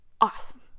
awesome